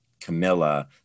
Camilla